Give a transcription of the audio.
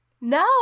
No